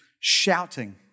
Shouting